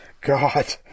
God